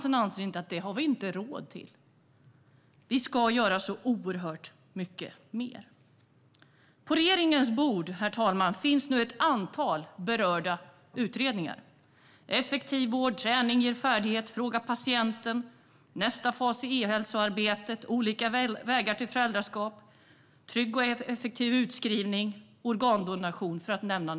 På regeringens bord finns nu ett antal berörda utredningar, till exempel: Effektiv vård , Träning ger färdighet - Koncentrera vården för patientens bästa , Fråga patienten - Nya perspektiv i klagomål och tillsyn , Nästa fas i e-hälsoarbetet , Olika vägar till föräldraskap , Trygg och effektiv utskrivning från sluten vård , Organdonation - En livsviktig verksamhet .